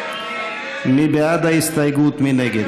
ההסתייגות לחלופין